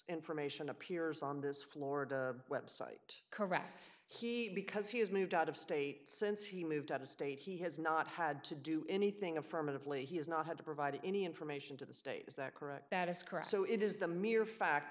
information appears on this florida website correct he because he has moved out of state since he moved out of state he has not had to do anything affirmatively he has not had to provide any information to the state is that correct that is correct so it is the mere fact